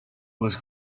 was